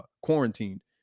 quarantined